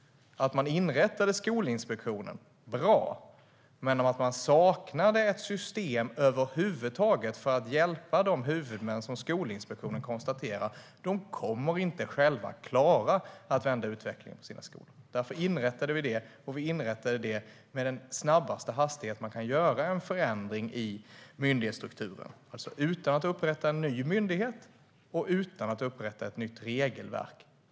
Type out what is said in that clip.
Att man inrättade Skolinspektionen var bra. Men man saknade över huvud taget ett system för att hjälpa de huvudmän som Skolinspektionen konstaterade inte själva skulle klara att vända utvecklingen på sina skolor. Därför inrättade vi det, och vi inrättade det på det snabbaste sättet man kan göra en förändring i myndighetsstrukturen, alltså utan att upprätta en ny myndighet och utan att upprätta ett nytt regelverk.